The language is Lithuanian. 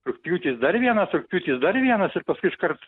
rugpjūtis dar vienas rugpjūtis dar vienas ir paskui iškart